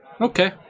Okay